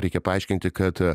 reikia paaiškinti kad